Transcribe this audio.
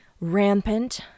rampant